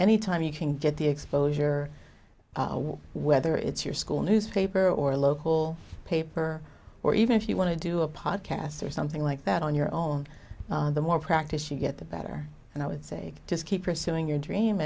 anytime you can get the exposure whether it's your school newspaper or local paper or even if you want to do to a pod casts or something like that on your own the more practice you get the better and i would say just keep pursuing your dream